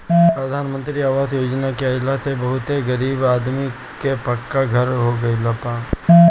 प्रधान मंत्री आवास योजना के आइला से बहुते गरीब आदमी कअ पक्का घर हो गइल